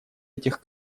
этих